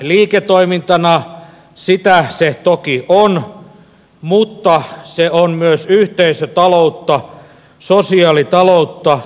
sitä se toki on mutta se on myös yhteisötaloutta sosiaalitaloutta jossa ensisijaisena ajatuksena ei ole voiton maksimointi hinnalla millä hyvänsä